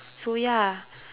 so ya